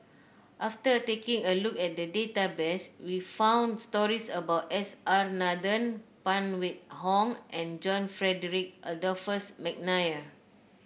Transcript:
after taking a look at the database we found stories about S R Nathan Phan Wait Hong and John Frederick Adolphus McNair